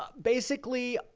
ah basically,